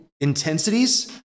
intensities